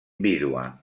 vídua